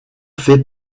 fait